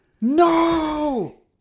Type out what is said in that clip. No